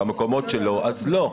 במקומות שלא, אז לא.